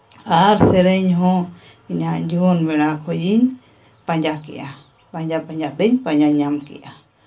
ᱟᱨ ᱥᱮᱨᱮᱧ ᱦᱚᱸ ᱤᱧᱟᱹᱜ ᱡᱩᱣᱟᱹᱱ ᱵᱮᱲᱟ ᱠᱷᱚᱡ ᱤᱧ ᱯᱟᱸᱡᱟ ᱠᱮᱜᱼᱟ ᱯᱟᱸᱡᱟ ᱯᱟᱸᱡᱟ ᱛᱤᱧ ᱯᱟᱸᱡᱟ ᱧᱟᱢ ᱠᱮᱜᱼᱟ